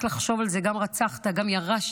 רק לחשוב על זה, גם רצחת, גם ירשת.